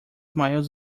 miles